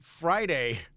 Friday